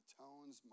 tones